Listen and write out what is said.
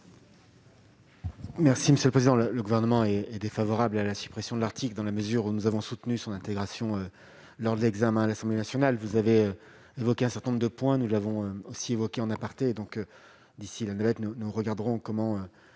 Merci monsieur le président, le gouvernement et est défavorable à la suppression de l'article, dans la mesure où nous avons soutenu son intégration lors de l'examen à l'Assemblée nationale, vous avez évoqué un certain nombre de points, nous avons aussi évoqué en aparté, donc d'ici là, navette, nous, nous regarderons comment